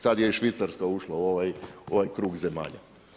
Sada je i Švicarska ušla u ovaj krug zemalja.